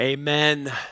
Amen